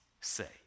say